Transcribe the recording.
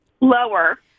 Lower